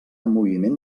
moviment